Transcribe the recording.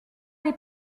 des